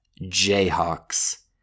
Jayhawks